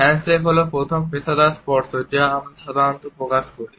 handshake হল প্রথম পেশাদার স্পর্শ যা আমরা সাধারণত প্রকাশ করি